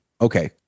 Okay